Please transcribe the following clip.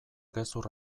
gezur